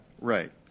Right